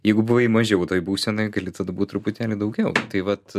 jeigu buvai mažiau toj būsenoj gali būt truputėlį daugiau tai vat